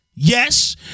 Yes